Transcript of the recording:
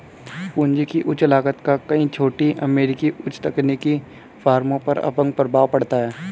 पूंजी की उच्च लागत का कई छोटी अमेरिकी उच्च तकनीकी फर्मों पर अपंग प्रभाव पड़ता है